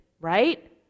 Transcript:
right